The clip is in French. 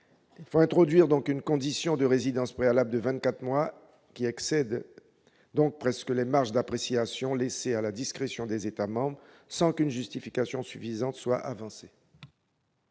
». Introduire une condition de résidence préalable de vingt-quatre mois excède donc les marges d'appréciation laissées à la discrétion des États membres, sans qu'une justification suffisante soit avancée.